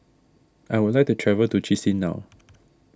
I would like to travel to Chisinau